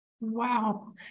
Wow